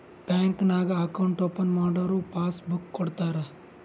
bank ನಾಗ್ account open ಮಾಡುರ್ passbook ಕೊಡ್ತಾರ